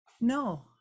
no